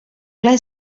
ple